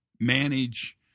manage